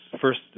First